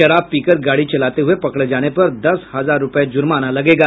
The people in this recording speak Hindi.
शराब पीकर गाड़ी चलाते हुये पकड़े जाने पर दस हजार रूपये जुर्माना लगेगा